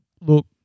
Look